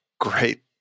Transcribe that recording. great